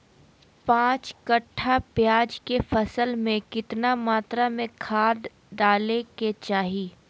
पांच कट्ठा प्याज के फसल में कितना मात्रा में खाद डाले के चाही?